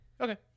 Okay